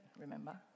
remember